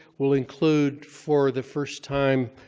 will include, for the first time,